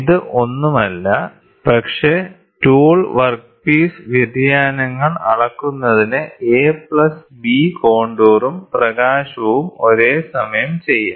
ഇത് ഒന്നുമല്ല പക്ഷേ ടൂൾ വർക്ക്പീസ് വ്യതിയാനങ്ങൾ അളക്കുന്നതിന് A പ്ലസ് B കോണ്ടൂറും പ്രകാശവും ഒരേസമയം ചെയ്യാം